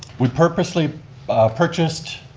we purposely purchased